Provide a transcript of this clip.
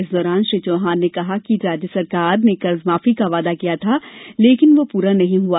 इस दौरान श्री चौहान ने कहा कि राज्य सरकार ने कर्जमाफी का वादा किया था लेकिन वो पुरा नहीं हआ